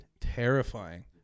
terrifying